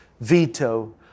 veto